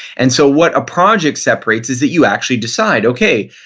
and so what a project separates is that you actually decide, okay,